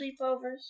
sleepovers